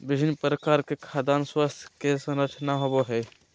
विभिन्न प्रकार के खाद्यान स्वास्थ्य के संरक्षण होबय हइ